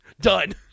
Done